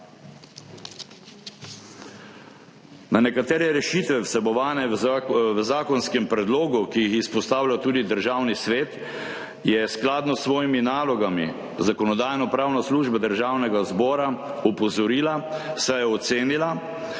Na nekatere rešitve vsebovane v zakonskem predlogu, ki jih izpostavlja tudi Državni svet, je skladno s svojimi nalogami Zakonodajno-pravna služba Državnega zbora opozorila, saj je ocenila,